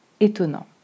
Étonnant